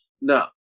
No